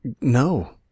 No